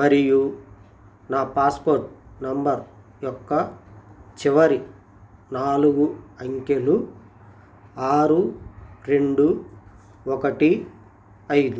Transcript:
మరియు నా passport number యొక్క చివరి నాలుగు అంకెలు ఆరు రెండు ఒకటి ఐదు